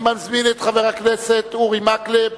אני מזמין את חבר הכנסת אורי מקלב